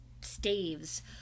staves